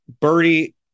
Birdie